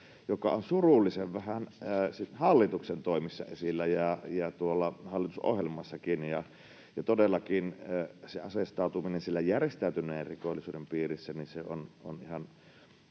joka on surullisen vähän hallituksen toimissa ja tuolla hallitusohjelmassakin esillä. Todellakin se aseistautuminen siellä järjestäytyneen rikollisuuden piirissä on ihan